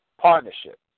partnership